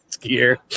gear